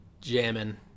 jamming